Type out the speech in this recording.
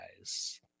guys